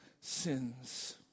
sins